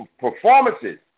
performances